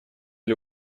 для